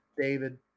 David